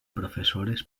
professores